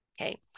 okay